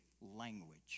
language